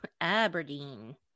Aberdeen